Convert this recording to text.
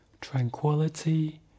tranquility